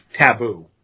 taboo